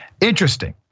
Interesting